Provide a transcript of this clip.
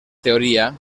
teoria